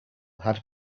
had